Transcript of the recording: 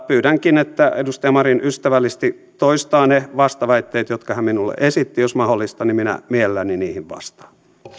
pyydänkin että edustaja marin ystävällisesti toistaa ne vastaväitteet jotka hän minulle esitti jos mahdollista minä mielelläni niihin vastaan